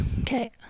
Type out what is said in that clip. Okay